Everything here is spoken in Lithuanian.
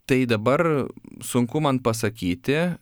tai dabar sunku man pasakyti